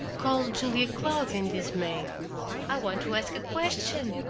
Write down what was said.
called julia cloud in dismay. i want to ask a question.